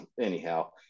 anyhow